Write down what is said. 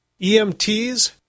EMTs